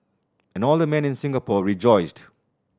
and all the men in Singapore rejoiced